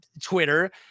twitter